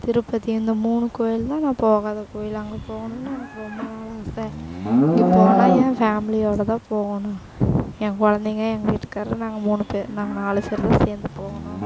திருப்பதி இந்த மூணு கோவில் தான் நான் போகாத கோவில் அங்கே போகணுன்னு எனக்கு ரொம்ப நாள் ஆசை இங்கே போனால் என் ஃபேமிலியோடய தான் போகணும் என் கொழந்தைங்க எங்கள் வீட்டுக்காரரு நாங்கள் மூணு பே நாங்கள் நாலு பேர் தான் சேர்ந்து போகணும்